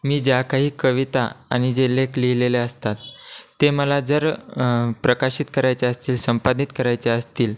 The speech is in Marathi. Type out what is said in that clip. मी ज्या काही कविता आणि जे लेख लिहिलेले असतात ते मला जर प्रकाशित करायचे असतील संपादित करायचे असतील